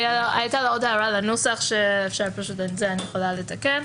הייתה לו עוד הערה לנוסח, שאת זה אני יכולה לתקן.